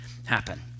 happen